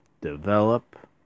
develop